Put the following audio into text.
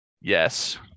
Yes